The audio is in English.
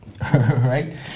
right